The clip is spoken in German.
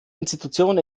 institution